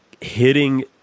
hitting